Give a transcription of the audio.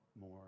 more